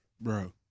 Bro